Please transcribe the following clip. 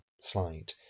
slide